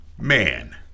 Man